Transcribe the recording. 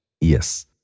Yes